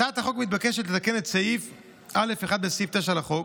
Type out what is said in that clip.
הצעת החוק מבקשת לתקן את סעיף 9(א)(1) לחוק,